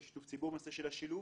בשיתוף ציבור בנושא השילוב